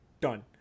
done